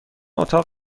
اتاق